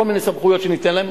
כל מיני סמכויות שניתן להם,